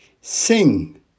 Sing